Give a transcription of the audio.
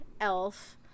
elf